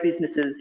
businesses